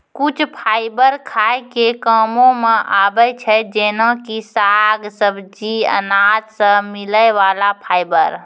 कुछ फाइबर खाय के कामों मॅ आबै छै जेना कि साग, सब्जी, अनाज सॅ मिलै वाला फाइबर